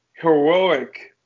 heroic